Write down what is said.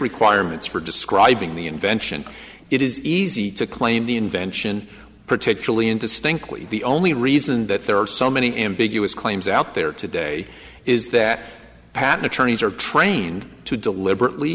requirements for describing the invention it is easy to claim the invention particularly in distinctly the only reason that there are so many ambiguous claims out there today is that patent attorneys are trained to deliberately